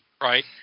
Right